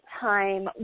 time